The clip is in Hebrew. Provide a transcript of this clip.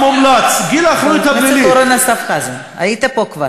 המומלץ, חבר הכנסת אורן אסף חזן, היית פה כבר.